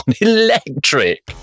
electric